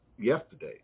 yesterday